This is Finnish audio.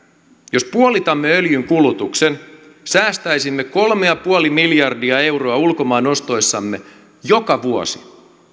jos puolittaisimme öljyn kulutuksen säästäisimme kolme pilkku viisi miljardia euroa ulkomaan ostoissamme joka vuosi